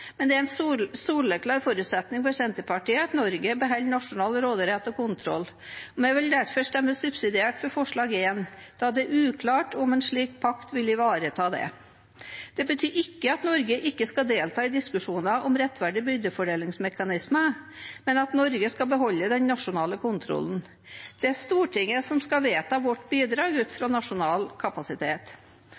men det er en soleklar forutsetning for Senterpartiet at Norge beholder nasjonal råderett og kontroll. Vi vil derfor stemme subsidiært for forslag nr. 1, da det er uklart om en slik pakt vil ivareta det. Det betyr ikke at Norge ikke skal delta i diskusjoner om rettferdige byrdefordelingsmekanismer, men at Norge skal beholde den nasjonale kontrollen. Det er Stortinget som skal vedta vårt bidrag ut fra nasjonal kapasitet.